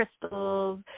crystals